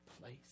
place